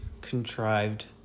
contrived